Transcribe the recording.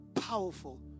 powerful